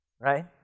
Right